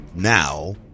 Now